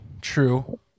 true